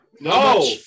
No